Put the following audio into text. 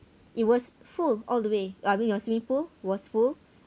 it was full all the way uh I mean your swimming pool was full